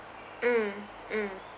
mm mm